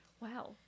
wow